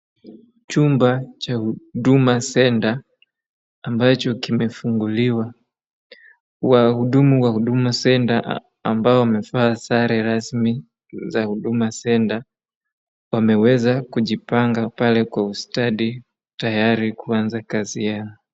Chumba cha huduma center ambacho kimefunguliwa, wahudumu wa huduma center ambao wamevaa sare rasmi za hudumaa center wameweza kujipanga pale kwa ustadi tayari kuaanza kazi yao.